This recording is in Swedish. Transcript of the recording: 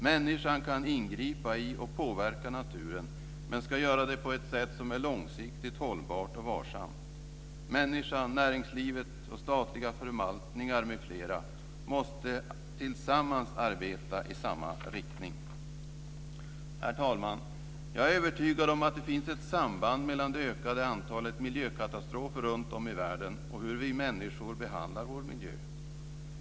Människan kan ingripa i och påverka naturen, men ska göra det på ett sätt som är långsiktigt hållbart och varsamt. Människan, näringslivet och statliga förvaltningar m.fl. måste tillsammans arbeta i samma riktning. Herr talman! Jag är övertygad om att det finns ett samband mellan det ökade antalet miljökatastrofer runt om i världen och hur vi människor behandlar vår miljö.